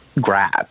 grab